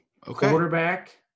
quarterback